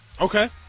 Okay